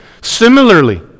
Similarly